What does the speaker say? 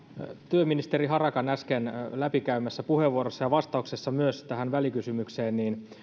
työministeri harakan äsken läpikäymässä puheenvuorossa ja myös vastauksessa tähän välikysymykseen